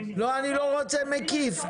אני לא רוצה תיקון מקיף,